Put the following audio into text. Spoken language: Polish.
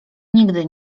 nigdy